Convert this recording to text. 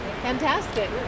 Fantastic